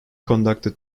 conducted